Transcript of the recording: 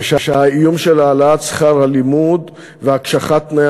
ושהאיום של העלאת שכר הלימוד והקשחת תנאי